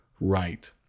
right